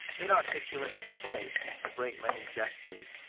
inarticulate exclamations, a great many gestures,